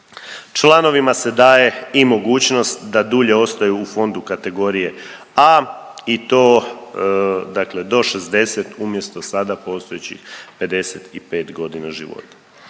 Članovima se daje i mogućnost da dulje ostaju u fondu kategorije A i to dakle do 60 umjesto sada postojećih 55 godina života.